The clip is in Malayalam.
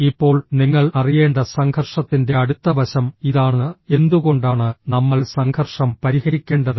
ഇപ്പോൾ നിങ്ങൾ അറിയേണ്ട സംഘർഷത്തിന്റെ അടുത്ത വശം ഇതാണ്ഃ എന്തുകൊണ്ടാണ് നമ്മൾ സംഘർഷം പരിഹരിക്കേണ്ടത്